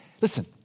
Listen